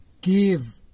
give